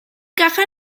caja